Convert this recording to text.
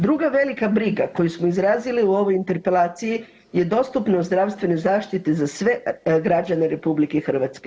Druga velika briga koju smo izrazili u ovoj interpelaciji je dostupnost zdravstvene zaštite za sve građane RH.